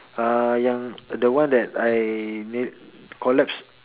uh yang the one that I near collapsed